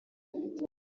mfite